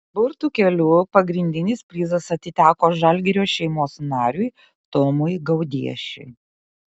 burtų keliu pagrindinis prizas atiteko žalgirio šeimos nariui tomui gaudiešiui